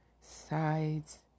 sides